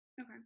Okay